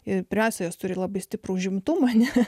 impresijos turi labai stiprų užimtumą ne